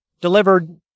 delivered